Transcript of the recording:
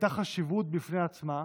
הייתה חשיבות בפני עצמה,